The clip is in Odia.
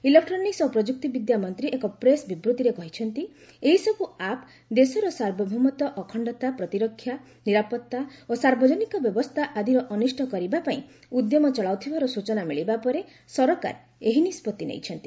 ଇଲେକ୍ଟ୍ରୋନ୍ସିକ୍ସ ଓ ପ୍ରଯୁକ୍ତିବିଦ୍ୟା ମନ୍ତ୍ରୀ ଏକ ପ୍ରେସ୍ ବିବୃତ୍ତିରେ କହିଛନ୍ତି ଏହିସବୁ ଆପ୍ ଦେଶର ସାର୍ବଭୌମତ୍ୱ ଅଖଶ୍ଚତା ପ୍ରତିରକ୍ଷା ନିରାପତ୍ତା ଓ ସାର୍ବଜନିକ ବ୍ୟବସ୍ଥା ଆଦିର ଅନିଷ୍ଟ କରିବା ପାଇଁ ଉଦ୍ୟମ ଚଳାଇଥିବାର ସ୍ତଚନା ମିଳିବା ପରେ ସରକାର ଏହି ନିଷ୍ପଭି ନେଇଛନ୍ତି